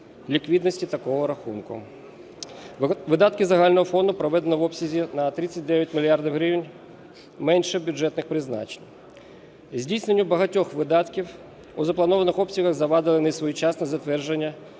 ліквідності такого рахунку. Видатки загального фонду проведено в обсязі на 39 мільярдів гривень менше бюджетних призначень. Здійсненню багатьох видатків у запланованих обсягах завадило несвоєчасне затвердження